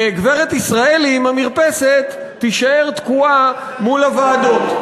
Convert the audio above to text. וגברת ישראלי עם המרפסת תישאר תקועה מול הוועדות.